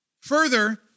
Further